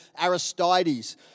Aristides